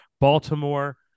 baltimore